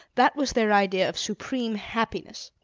that was their idea of supreme happiness.